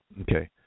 Okay